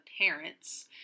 parents